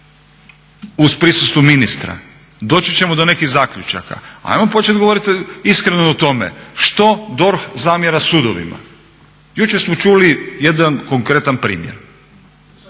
uz prisustvo ministra. Doći ćemo do nekih zaključaka. Ajmo počet govorit iskreno o tome što DORH zamjera sudovima? Jučer smo čuli jedan konkretan primjer.